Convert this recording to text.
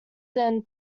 than